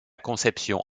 conception